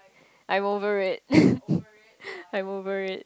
I'm over it I'm over it